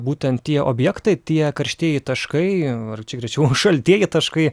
būtent tie objektai tie karštieji taškai ar čia greičiau šaltieji taškai